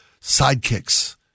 sidekicks